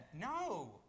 No